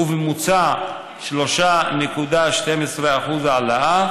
ובממוצע 3.12% העלאה,